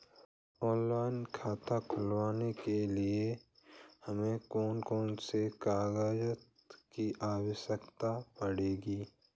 Online खाता खोलने के लिए हमें कौन कौन से कागजात की आवश्यकता पड़ेगी?